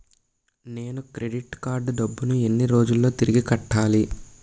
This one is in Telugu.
నేను క్రెడిట్ కార్డ్ డబ్బును ఎన్ని రోజుల్లో తిరిగి కట్టాలి?